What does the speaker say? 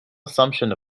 assumption